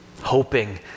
hoping